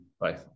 Bye